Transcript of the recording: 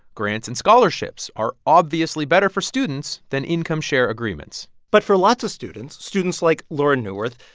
grants and scholarships are obviously better for students than income-share agreements but for lots of students, students like lauren neuwirth,